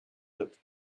looked